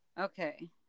okay